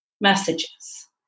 messages